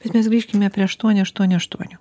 bet mes grįžkime prie aštuoni aštuoni aštuoni